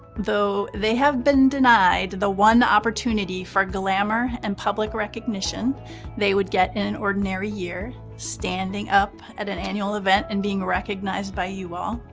though they have been denied the one opportunity for glamor and public recognition they would get in an ordinary year, standing up at an annual event and being recognized by you all,